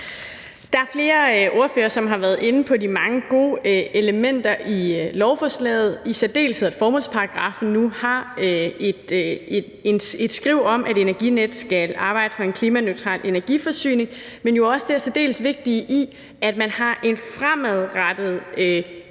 Der er flere ordførere, der har været inde på de mange gode elementer i lovforslaget, i særdeleshed at formålsparagraffen nu har et skriv om, at Energinet skal arbejde for en klimaneutral energiforsyning, men jo også det særdeles vigtige i, at man har en fremadrettet